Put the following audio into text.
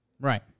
Right